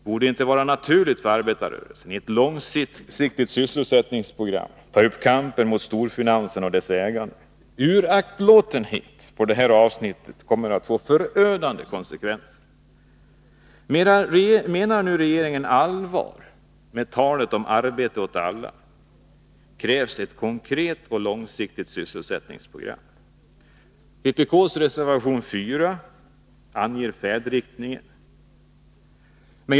Borde det inte vara naturligt för arbetarrörelsen att i ett långsiktigt sysselsättningsprogram ta upp kampen mot storfinansen och dess ägande? Uraktlåtenhet på detta område kommer att få förödande konsekvenser. Menar nu regeringen allvar med talet om arbete åt alla krävs det ett konkret och långsiktigt sysselsättningsprogram. Vpk:s reservation 4 anger färdriktningen.